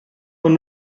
man